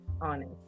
honest